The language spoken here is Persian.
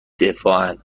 دفاعن